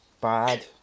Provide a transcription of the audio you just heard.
bad